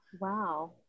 wow